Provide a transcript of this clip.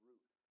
Ruth